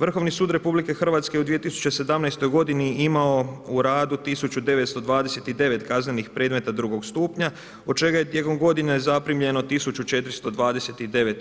Vrhovni sud RH u 2017. godini je imao u radu 1929 kaznenih predmeta II. stupnja, od čega je tijekom godine zaprimljeno 1429